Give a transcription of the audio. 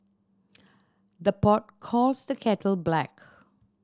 the pot calls the kettle black